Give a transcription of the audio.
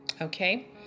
Okay